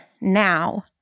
now